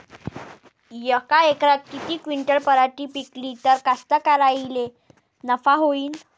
यका एकरात किती क्विंटल पराटी पिकली त कास्तकाराइले नफा होईन?